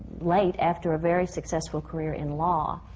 late, after a very successful career in law,